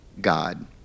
God